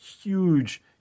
huge